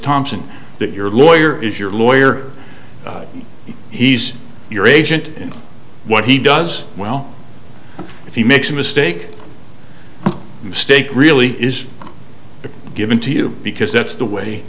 thompson that your lawyer is your lawyer he's your agent and what he does well if he makes a mistake a mistake really is given to you because that's the way